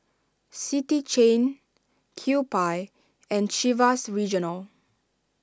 City Chain Kewpie and Chivas Regional